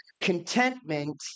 Contentment